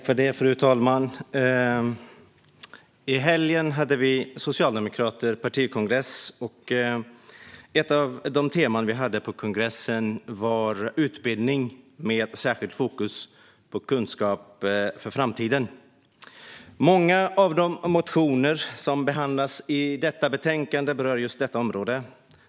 Fru talman! I helgen hade vi socialdemokrater partikongress, och ett av de teman vi hade på kongressen var utbildning med särskilt fokus på kunskap för framtiden. Många av de motioner som behandlas i betänkandet berör just detta område.